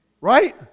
Right